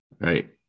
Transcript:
right